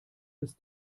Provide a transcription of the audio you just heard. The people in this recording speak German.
des